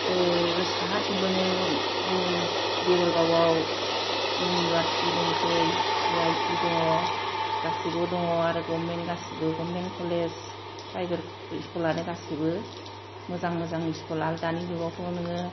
साहाथिंबो नों देबोरगावआव इउनिबारसिटि दंसै सि आइ टि दङ गासिबो दङ आरो गबमेन्ट गासिबो गबमेन्ट कलेज प्राइबेट स्कुलानो गासिबो मोजां मोजां स्कुल आरो दानि जुगावथ' नोङो